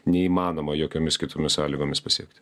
neįmanoma jokiomis kitomis sąlygomis pasiekti